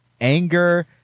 anger